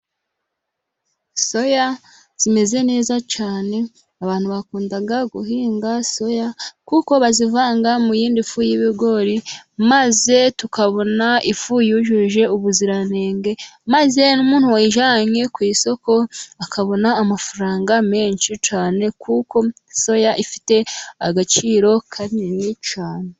Soya imeze neza cyane, abantu bakunda guhinga soya kuko bayivanga mu y'indi fu y'ibigori maze tukabona ifu yujuje ubuziranenge, maze n'umuntu wayijyanye ku isoko akabona amafaranga menshi cyane, kuko soya ifite agaciro kanini cyane.